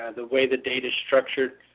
and the way the data is structured,